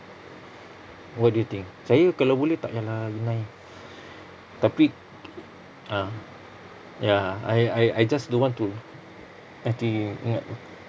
what do you think saya kalau boleh tak payah lah inai tapi ah ya I I I just don't want to nanti